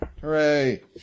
Hooray